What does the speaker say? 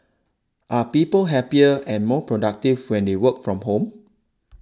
are people happier and more productive when they work from home